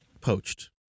poached